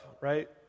right